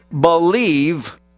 believe